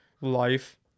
life